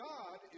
God